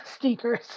sneakers